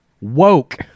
woke